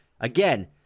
Again